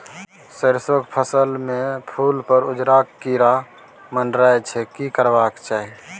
सरसो के फसल में फूल पर उजरका कीरा मंडराय छै की करबाक चाही?